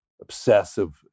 obsessive